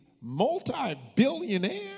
multi-billionaire